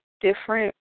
different